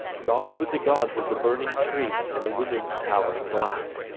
god with the gods of the burning tree and the wizard's tower and glass.